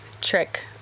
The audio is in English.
trick